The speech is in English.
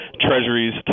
Treasuries